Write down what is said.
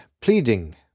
pleading